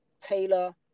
Taylor